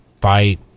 fight